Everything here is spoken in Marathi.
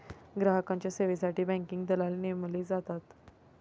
ग्राहकांच्या सेवेसाठी बँकिंग दलाल नेमले जातात